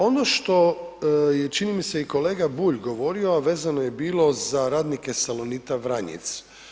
Ono što je, čini mi se i kolega Bulj govorio, a vezano je bilo za radnike Salonita Vranjic.